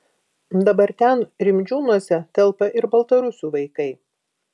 dabar ten rimdžiūnuose telpa ir baltarusių vaikai